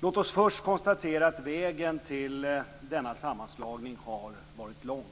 Låt oss först konstatera att vägen till denna sammanslagning har varit lång: